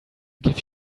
give